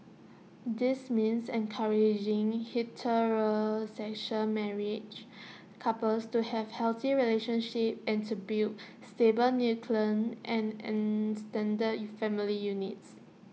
this means encouraging heterosexual married couples to have healthy relationships and to build stable nuclear and extended family units